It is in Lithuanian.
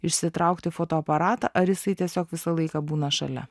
išsitraukti fotoaparatą ar jisai tiesiog visą laiką būna šalia